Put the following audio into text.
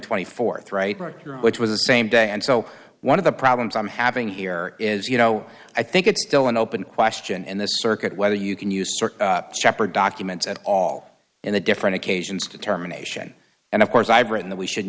twenty fourth right right here which was the same day and so one of the problems i'm having here is you know i think it's still an open question and the circuit whether you can use chapter documents at all in the different occasions determination and of course i've written that we should